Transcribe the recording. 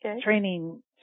training